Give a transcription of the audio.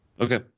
Okay